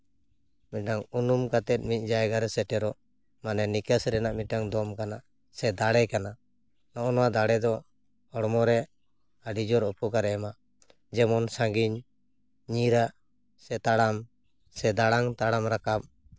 ᱢᱤᱫᱴᱟᱱ ᱩᱱᱩᱢ ᱠᱟᱛᱮᱫ ᱢᱤᱫ ᱡᱟᱭᱜᱟᱨᱮ ᱥᱮᱴᱮᱨᱚᱜ ᱢᱟᱱᱮ ᱱᱤᱠᱟᱥ ᱨᱮᱱᱟᱜ ᱢᱤᱫᱴᱟᱱ ᱫᱚᱢ ᱠᱟᱱᱟ ᱥᱮ ᱫᱟᱲᱮ ᱠᱟᱱᱟ ᱱᱚᱜᱼᱚᱱᱟ ᱫᱟᱲᱮ ᱫᱚ ᱦᱚᱲᱢᱚ ᱨᱮ ᱟᱹᱰᱤ ᱡᱳᱨ ᱩᱯᱚᱠᱟᱨᱮ ᱮᱢᱟ ᱡᱮᱢᱚᱱ ᱥᱟᱺᱜᱤᱧ ᱧᱤᱨᱟᱜ ᱥᱮ ᱛᱟᱲᱟᱢ ᱫᱟᱲᱟᱝ ᱛᱟᱲᱟᱢ ᱨᱟᱠᱟᱵ